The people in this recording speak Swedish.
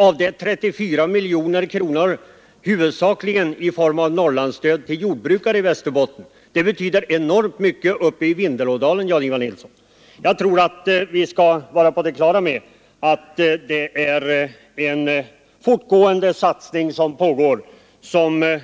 Av detta utgör 34 miljoner jordbrukarstöd — huvudsakligen i form av Norrlandsstöd till jordbrukare i Västerbotten. Detta betyder enormt mycket uppe i Vindelådalen, herr Nilsson i Tvärålund! Vi bör vara på det klara med att det är en fortgående satsning som görs — men